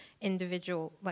individual